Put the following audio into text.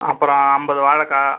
அப்பறம் ஐம்பது வாழக்கா